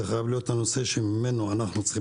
זה חייב להיות הנושא שממנו אנחנו צריכים